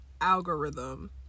Algorithm